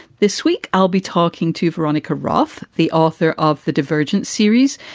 this week, i'll be talking to veronica roth, the author of the divergent series.